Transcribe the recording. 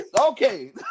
Okay